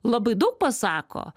labai daug pasako